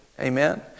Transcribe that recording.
Amen